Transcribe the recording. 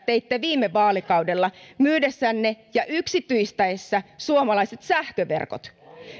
teitte viime vaalikaudella myydessänne ja yksityistäessänne suomalaiset sähköverkot